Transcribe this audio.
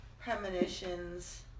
premonitions